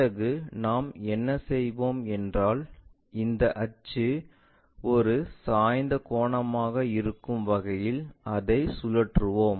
பிறகு நாம் என்ன செய்வோம் என்றால் இந்த அச்சு ஒரு சாய்ந்த கோணமாக இருக்கும் வகையில் அதைச் சுழற்றுவோம்